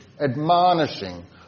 admonishing